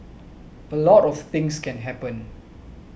a lot of things can happen